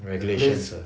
regulations uh